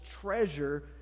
treasure